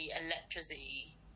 electricity